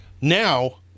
Now